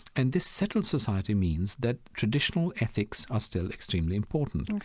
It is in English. and this settled society means that traditional ethics are still extremely important.